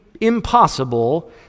impossible